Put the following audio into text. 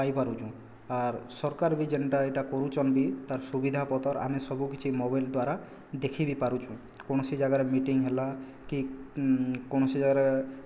ପାଇପାରୁଛୁ ଆର୍ ସରକାର୍ ବି ଯେଣ୍ଟା ଏଇଟା କରୁଛନ୍ ବି ତା'ର ସୁବିଧା ପତର ଆମେ ସବୁକିଛି ମୋବାଇଲ୍ ଦ୍ୱାରା ଦେଖି ବି ପାରୁଛୁ କୌଣସି ଜାଗାରେ ମିଟିଂ ହେଲା କି କୌଣସି ଜାଗାରେ